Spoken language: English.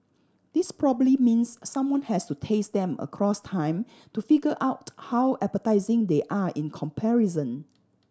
this probably means someone has to taste them across time to figure out how appetising they are in comparison